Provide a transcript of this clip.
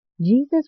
Jesus